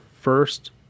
first